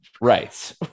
right